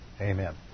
Amen